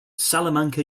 salamanca